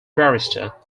barrister